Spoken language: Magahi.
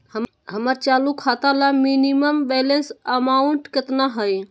हमर चालू खाता ला मिनिमम बैलेंस अमाउंट केतना हइ?